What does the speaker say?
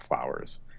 flowers